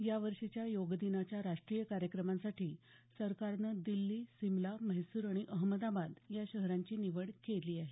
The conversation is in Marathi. यावर्षीच्या योगदिनाच्या राष्ट्रीय कार्यक्रमांसाठी सरकारनं दिल्ली शिमला म्हैसूर आणि अहमदाबाद या शहरांची निवड केली आहे